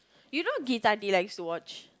you know this like they like to watch